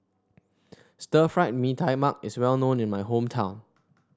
Stir Fried Mee Tai Mak is well known in my hometown